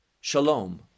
Shalom